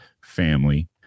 family